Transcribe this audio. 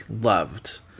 loved